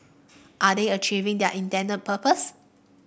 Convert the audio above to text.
are they achieving their intended purpose